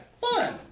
fun